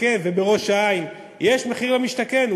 יש מחיר למשתכן,